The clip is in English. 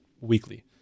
weekly